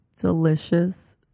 delicious